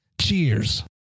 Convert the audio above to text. Cheers